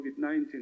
COVID-19